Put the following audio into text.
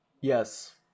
Yes